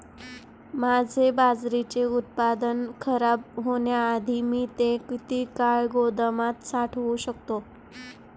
माझे बाजरीचे उत्पादन खराब होण्याआधी मी ते किती काळ गोदामात साठवू शकतो?